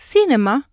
Cinema